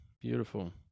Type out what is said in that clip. beautiful